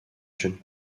jeunes